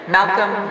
Malcolm